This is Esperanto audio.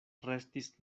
restis